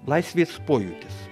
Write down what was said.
laisvės pojūtis